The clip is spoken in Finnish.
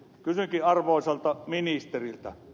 kysynkin arvoisalta ministeriltä